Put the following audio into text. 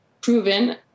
proven